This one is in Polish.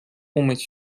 umyć